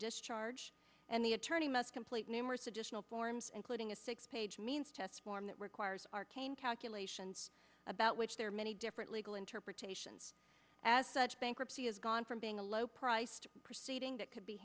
discharge and the attorney must complete numerous additional forms including a six page means test form that requires calculations about which there are many different legal interpretations as such bankruptcy has gone from being a low priced proceeding that could be